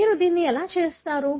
మీరు దీన్ని ఎలా చేస్తారు